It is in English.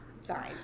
Sorry